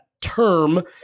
term